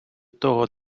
того